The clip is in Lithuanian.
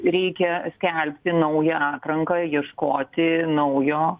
reikia skelbti naują atranką ieškoti naujo